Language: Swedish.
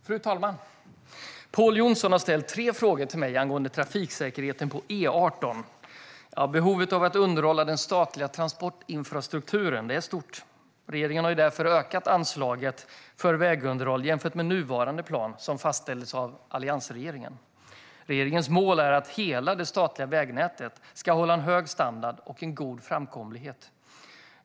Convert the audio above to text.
Fru talman! Pål Jonson har ställt tre frågor till mig angående trafiksäkerheten på E18. Behovet av att underhålla den statliga transportinfrastrukturen är stort. Regeringen har därför ökat anslaget för vägunderhåll jämfört med nuvarande plan, som fastställdes av alliansregeringen. Regeringens mål är att hela det statliga vägnätet ska hålla hög standard och att det ska vara god framkomlighet.